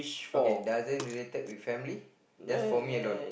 okay doesn't related with family just for me alone